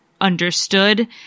understood